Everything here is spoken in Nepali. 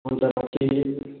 हुन्छ राखेँ